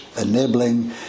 enabling